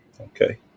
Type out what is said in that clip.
Okay